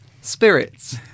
spirits